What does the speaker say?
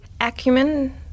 Acumen